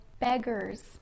beggars